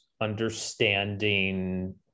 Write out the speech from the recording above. understanding